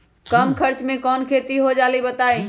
कम खर्च म कौन खेती हो जलई बताई?